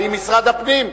האם משרד הפנים,